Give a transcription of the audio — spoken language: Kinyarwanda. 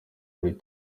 muri